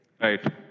Right